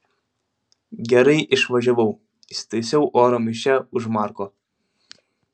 gerai išvažiavau įsitaisiau oro maiše už marko